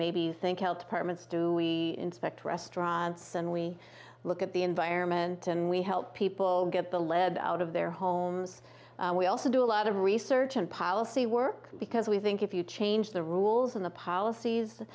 you think health departments do inspect restaurants and we look at the environment and we help people get the lead out of their homes we also do a lot of research and policy work because we think if you change the rules in the policies